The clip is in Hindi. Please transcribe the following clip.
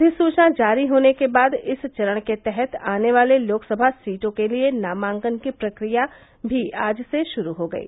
अधिसूचना जारी होने के बाद इस चरण के तहत आने वाले लोकसभा सीटों के लिये नामांकन की प्रक्रिया भी आज से श्रू हो गयी